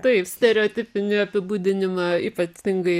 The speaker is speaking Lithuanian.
taip stereotipinį apibūdinimą ypatingai